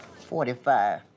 Forty-five